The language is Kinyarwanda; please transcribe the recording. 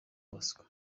bosco